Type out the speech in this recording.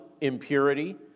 impurity